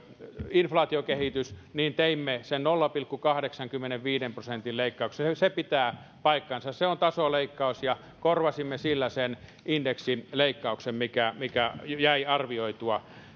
inflaatiokehitys niin teimme sen nolla pilkku kahdeksankymmenenviiden prosentin leikkauksen se pitää paikkansa se on tasoleikkaus ja korvasimme sillä sen indeksin leikkauksen mikä mikä jäi arvioitua pienemmäksi